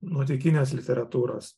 nuotykinės literatūros